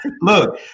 look